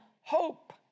hope